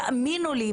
תאמינו לי,